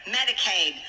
Medicaid